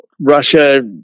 Russia